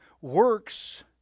works